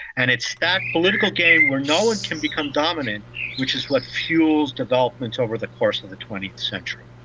and it's that political game where no one can become dominant which is what fuels developments over the course of the twentieth century.